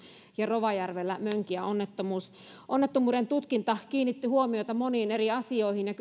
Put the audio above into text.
ja rovajärvellä mönkijäonnettomuus onnettomuuksien tutkinta kiinnitti huomiota moniin eri asioihin ja